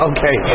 Okay